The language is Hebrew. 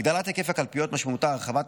הגדלת היקף הקלפיות משמעותה הרחבה של